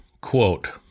Quote